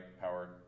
power